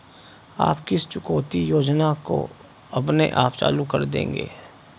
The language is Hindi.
आप किस चुकौती योजना को अपने आप चालू कर देंगे?